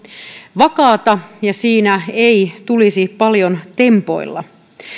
vakaata ja siinä ei tulisi paljon tempoilla